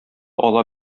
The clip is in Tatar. ала